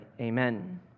Amen